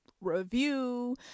review